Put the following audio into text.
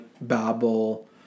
Babel